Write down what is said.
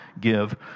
give